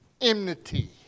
enmity